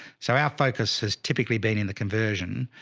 so our focus has typically been in the conversion,